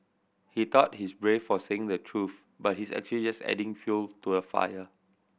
he thought he's brave for saying the truth but he's actually adding fuel to the fire